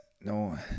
no